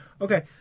Okay